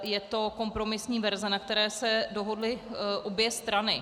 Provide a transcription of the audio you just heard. Je to kompromisní verze, na které se dohodly obě strany.